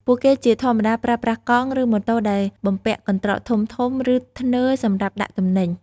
ពួកគេជាធម្មតាប្រើប្រាស់កង់ ឬម៉ូតូដែលបំពាក់កន្ត្រកធំៗ ឬធ្នើរសម្រាប់ដាក់ទំនិញ។